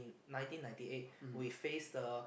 nineteen ninety eight we face the